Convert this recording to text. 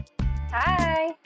Hi